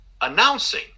announcing